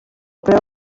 preu